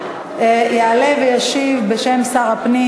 יעלה וישיב בשם שר הפנים.